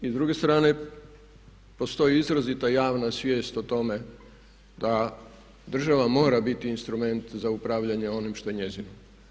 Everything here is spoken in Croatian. I s druge strane postoji izrazita javna svijest o tome da država mora biti instrument za upravljanje onim što je njezino.